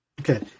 Okay